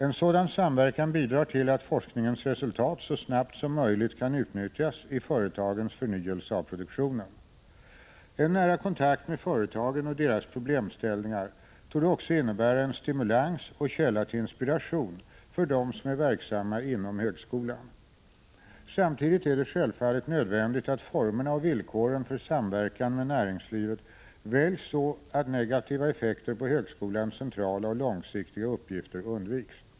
En sådan samverkan bidrar till att forskningens resultat så snabbt som möjligt kan utnyttjas i företagens förnyelse av produktionen. En nära kontakt med företagen och deras problemställningar torde också innebära en stimulans och källa till inspiration för dem som är verksamma inom högskolan. Samtidigt är det självfallet nödvändigt att formerna och villkoren för samverkan med näringslivet väljs så att negativa effekter på högskolans centrala och långsiktiga uppgifter undviks.